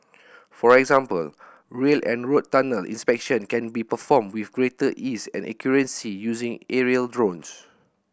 for example rail and road tunnel inspection can be performed with greater ease and accuracy using aerial drones